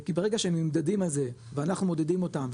כי ברגע שהם נמדדים על זה ואנחנו מעודדים אותם,